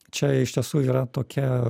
čia iš tiesų yra tokia